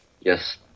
yes